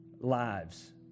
lives